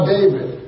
David